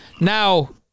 Now